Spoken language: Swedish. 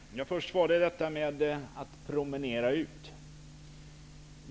Herr talman! Först var det frågan om att internerna promenerar ut.